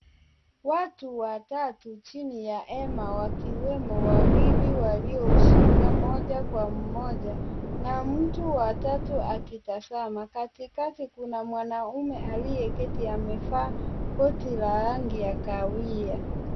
Watu watatu chini ya hema, wakiwemo wawili walioushika moja kwa mmoja na mtu wa tatu akitazama. Katikati kuna mwanaume aliyeketi, amevaa koti la rangi ya kahawia.